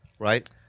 Right